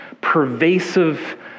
pervasive